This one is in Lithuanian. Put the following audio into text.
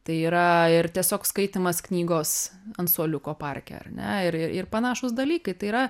tai yra ir tiesiog skaitymas knygos ant suoliuko parke ar ne ir ir panašūs dalykai tai yra